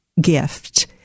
gift